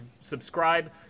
subscribe